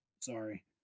Sorry